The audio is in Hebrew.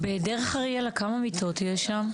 ב"דרך אריאלה" כמה מיטות יש שם?